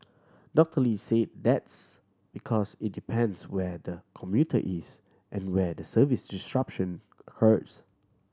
Doctor Lee say that's because it depends where the commuter is and where the service disruption occurs